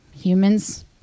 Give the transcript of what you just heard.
Humans